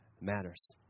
matters